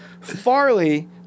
Farley